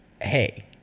hey